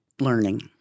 learning